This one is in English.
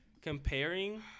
comparing